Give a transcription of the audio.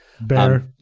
Bear